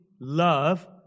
love